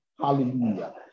Hallelujah